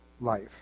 life